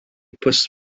pws